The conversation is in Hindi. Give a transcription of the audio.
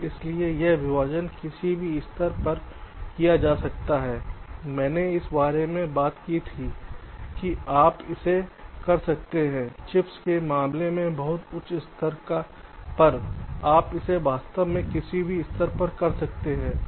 इसलिए यह विभाजन किसी भी स्तर पर किया जा सकता है मैंने इस बारे में बात की थी कि आप इसे कर सकते हैं चिप्स के मामले में बहुत उच्च स्तर पर आप इसे वास्तव में किसी भी स्तर पर कर सकते हैं